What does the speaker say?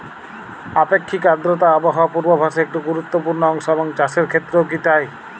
আপেক্ষিক আর্দ্রতা আবহাওয়া পূর্বভাসে একটি গুরুত্বপূর্ণ অংশ এবং চাষের ক্ষেত্রেও কি তাই?